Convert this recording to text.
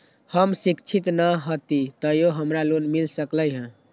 हम शिक्षित न हाति तयो हमरा लोन मिल सकलई ह?